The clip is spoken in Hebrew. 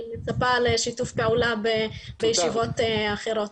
אני מצפה לשיתוף פעולה בישיבות אחרות.